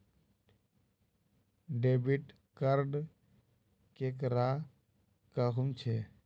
Debit card केकरा कहुम छे?